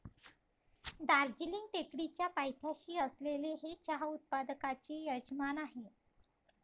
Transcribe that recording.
दार्जिलिंग टेकडीच्या पायथ्याशी असलेले हे चहा उत्पादकांचे यजमान आहे